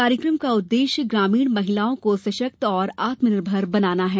कार्यक्रम का उद्देश्य ग्रामीण महिलाओं को सशक्त और आत्मनिर्मर बनाना है